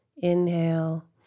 Inhale